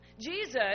Jesus